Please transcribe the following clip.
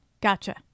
Gotcha